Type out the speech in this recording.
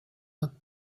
looked